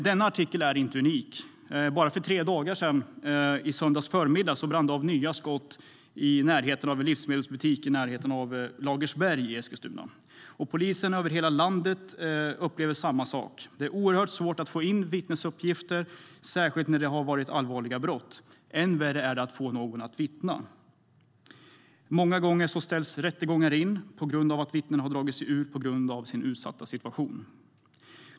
Denna artikel är inte unik. För bara tre dagar sedan, i söndags förmiddag, brann det av nya skott i närheten av en livsmedelsbutik nära Lagersberg i Eskilstuna. Polisen upplever samma sak över hela landet: Det är oerhört svårt att få in vittnesuppgifter, särskilt vid allvarliga brott, och än värre att få någon att vittna. Många gånger ställs rättegångar in då vittnen dragit sig ur på grund av sin utsatta situation.